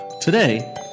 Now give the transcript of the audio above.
Today